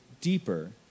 deeper